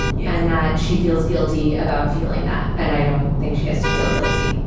yeah and that she feels guilty about feeling that. and i don't think she has to feel guilty.